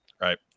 right